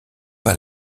pas